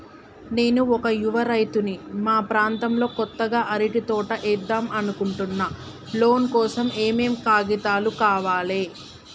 నేను ఒక యువ రైతుని మా ప్రాంతంలో కొత్తగా అరటి తోట ఏద్దం అనుకుంటున్నా లోన్ కోసం ఏం ఏం కాగితాలు కావాలే?